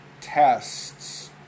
tests